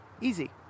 Easy